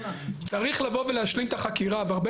צריך לבוא ולהשלים את החקירה והרבה